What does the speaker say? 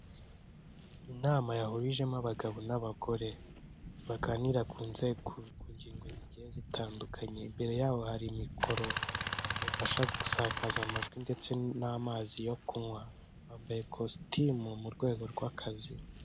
Inama yahurijemo abagabo n'abagore baganira ku nzego ku ngingo zigiye zitandukanye imbere yaboho hari mikoro zibafasha gusakaza amajwi ndetse n'amazi yo kunywa bambaye ikositimu mu rwego rw'akazi.